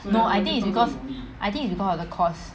no I think it's because I think it's because of the course